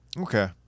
Okay